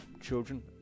children